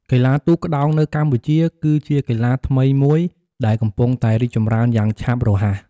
កីឡាទូកក្ដោងនៅកម្ពុជាគឺជាកីឡាថ្មីមួយដែលកំពុងតែរីកចម្រើនយ៉ាងឆាប់រហ័ស។